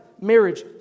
marriage